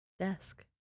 desk